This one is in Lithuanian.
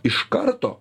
iš karto